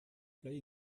play